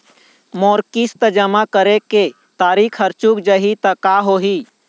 मोर किस्त जमा करे के तारीक हर चूक जाही ता का होही?